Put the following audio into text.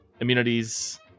immunities